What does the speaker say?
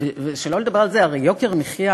שלא לדבר על זה, הרי יוקר מחיה